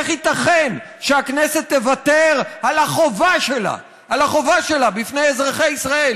איך ייתכן שהכנסת תוותר על החובה שלה לאזרחי ישראל